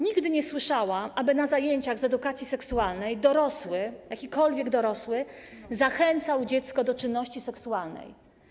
Nigdy nie słyszałam, aby na zajęciach z edukacji seksualnej dorosły, jakikolwiek dorosły zachęcał dziecko do czynności seksualnej.